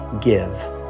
give